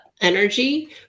energy